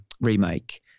remake